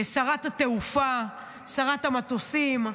שרת התעופה, שרת המטוסים,